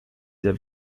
sehr